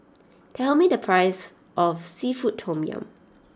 tell me the price of Seafood Tom Yum